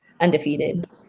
undefeated